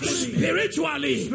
spiritually